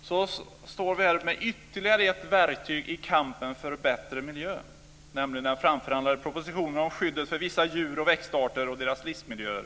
Fru talman! Så står vi här med ytterligare ett verktyg i kampen för en bättre miljö, nämligen den framförhandlade propositionen om skyddet för vissa djur och växtarter och deras livsmiljöer.